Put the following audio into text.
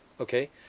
okay